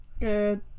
Good